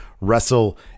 wrestle